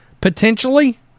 potentially